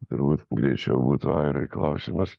galbūt greičiau būtų airai klausimas